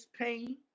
pain